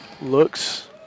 looks